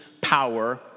power